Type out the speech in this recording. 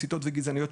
מסיתות וגזעניות,